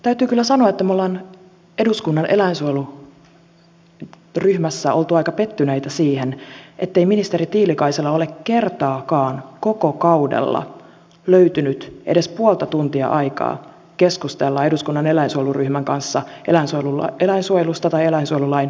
täytyy kyllä sanoa että me olemme eduskunnan eläinsuojeluryhmässä olleet aika pettyneitä siihen ettei ministeri tiilikaisella ole kertaakaan koko kaudella löytynyt edes puolta tuntia aikaa keskustella eduskunnan eläinsuojeluryhmän kanssa eläinsuojelusta tai eläinsuojelulain uudistamisesta